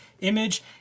Image